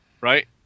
right